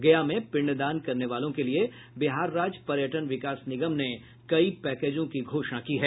गया में पिंडदान करने वालों के लिये बिहार राज्य पर्यटन विकास निगम ने कई पैकेजों की घोषणा की है